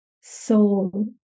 soul